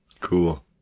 Cool